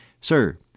sir